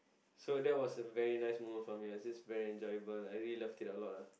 so that was a very nice moment for me it was just very enjoyable I really loved it a lot lah